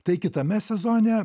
tai kitame sezone